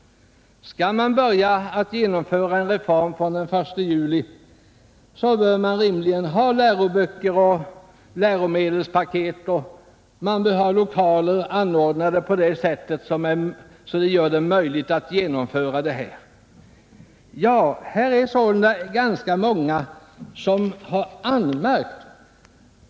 Skall en reform genomföras vid en viss tidpunkt, bör man rimligen ha läroböcker, läromedelspaket och lokaler klara i tid. Det är sålunda ganska många som har anmärkt.